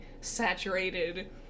saturated